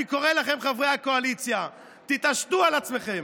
אני קורא לכם, חברי הקואליציה, תתעשתו על עצמכם.